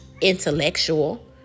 intellectual